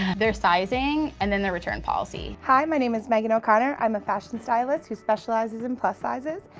their sizing, and then their return policy. hi, my name is meaghan o'connor. i'm a fashion stylist who specializes in plus sizes,